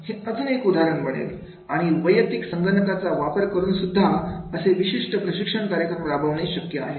हे अजून एक उदाहरण बनेल आणि वैयक्तिक संगणकाचा वापर करून सुद्धा असे विशिष्ट प्रशिक्षण कार्यक्रम राबवणे शक्य आहे